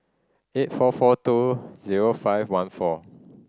eight four four two zero five one four